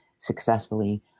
successfully